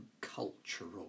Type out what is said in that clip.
cultural